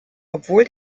obwohl